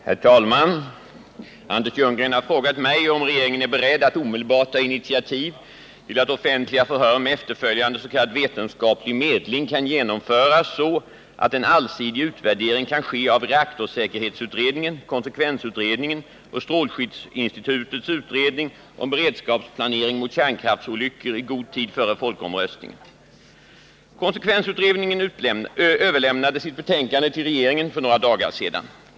Herr talman! Anders Ljunggren har frågat mig om regeringen är beredd att omedelbart ta initiativ till att offentliga förhör med efterföljande s.k. vetenskaplig medling kan genomföras så att en allsidig utvärdering kan ske av reaktorsäkerhetsutredningen, konsekvensutredningen och strålskyddsinstitutets utredning om beredskapsplanering mot kärnkraftsolyckor i god tid före folkomröstningen. Konsekvensutredningen överlämnade sitt betänkande till regeringen för några dagar sedan.